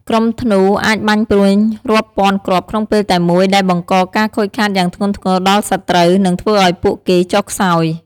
ក្រុមធ្នូអាចបាញ់ព្រួញរាប់ពាន់គ្រាប់ក្នុងពេលតែមួយ ដែលបង្កការខូចខាតយ៉ាងធ្ងន់ធ្ងរដល់សត្រូវ និងធ្វើឱ្យពួកគេចុះខ្សោយ។